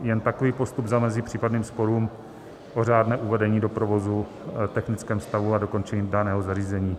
Jen takový postup zamezí případným sporům o řádném uvedení do provozu, technickém stavu a dokončenosti daného zařízení.